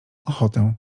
ochotę